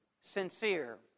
sincere